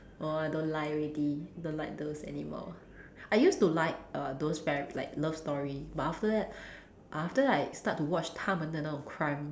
oh I don't like already don't like those anymore I used to like err those fairy like love story but after that after that I start to watch 他们的那种 crime